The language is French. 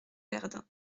verdun